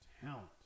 talent